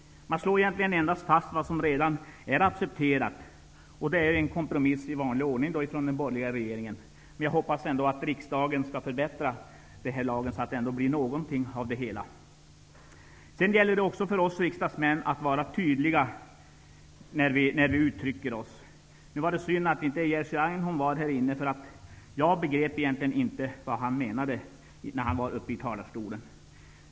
Man slår egentligen endast fast vad som redan är accepterat. Det är en kompromiss i vanlig ordning ifrån den borgerliga regeringen. Jag hoppas ändock att riksdagen skall förbättra lagförslaget, så att det blir någonting av det hela. Det gäller för oss riksdagsmän att vara tydliga när vi uttrycker oss. Det är synd att Jerzy Einhorn inte är i kammaren just nu. Jag begrep egentligen inte vad han menade när han höll sitt anförande.